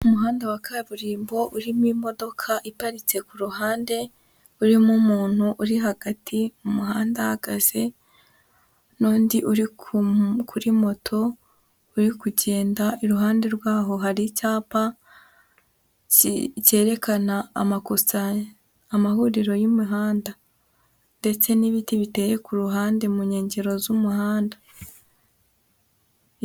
Umuhanda wa kaburimbo urimo imodoka iparitse ku ruhande, urimo umuntu uri hagati mu muhanda ahagaze, n'undi uri kuri moto uri kugenda, iruhande rwaho hari icyapa cyerekana amahuriro y'imihanda ndetse n'ibiti biteye ku ruhande mu nkengero z'umuhanda.